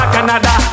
Canada